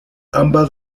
ambas